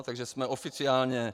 Takže jsme oficiálně.